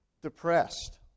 Depressed